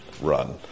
run